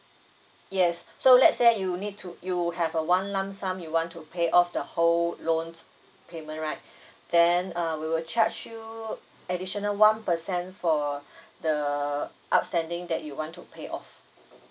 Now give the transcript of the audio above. yes so let's say you need to you have uh one lump sum you want to pay off the whole loan payment right then uh we will charge you additional one percent for the outstanding that you want to pay off